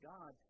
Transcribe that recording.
God